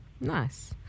Nice